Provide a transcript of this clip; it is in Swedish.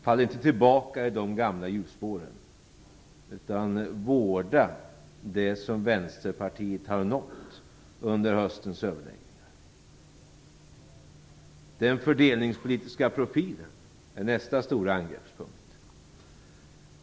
Fall inte tillbaka i de gamla hjulspåren, utan vårda det som Vänsterpartiet har nått under höstens överläggningar! Den fördelningspolitiska profilen är nästa stora angreppspunkt.